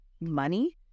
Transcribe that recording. money